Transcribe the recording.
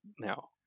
now